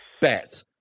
bet